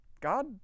God